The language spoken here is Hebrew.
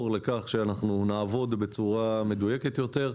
לכך שאנחנו נעבוד בצורה מדויקת יותר.